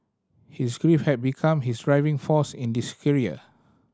his grief had become his driving force in this career